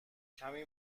کمی